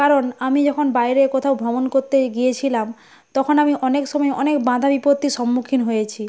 কারণ আমি যখন বাইরে কোথাও ভ্রমণ করতে গিয়েছিলাম তখন আমি অনেক সময় অনেক বাধা বিপত্তির সম্মুখীন হয়েছি